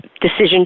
decision